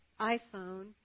iPhone